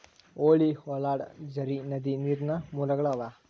ಹೊಳಿ, ಹೊಳಡಾ, ಝರಿ, ನದಿ ನೇರಿನ ಮೂಲಗಳು ಆಗ್ಯಾವ